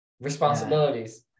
responsibilities